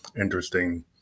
interesting